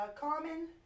common